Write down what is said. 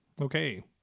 Okay